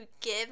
give